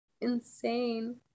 insane